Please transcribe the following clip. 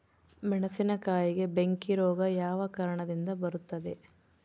ಮೆಣಸಿನಕಾಯಿಗೆ ಬೆಂಕಿ ರೋಗ ಯಾವ ಕಾರಣದಿಂದ ಬರುತ್ತದೆ?